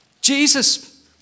Jesus